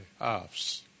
halves